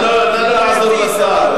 נא לא לעזור לשר.